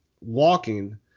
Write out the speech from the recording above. walking